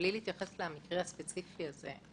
מבלי להתייחס למקרה הספציפי הזה,